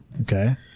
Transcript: Okay